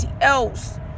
else